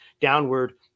downward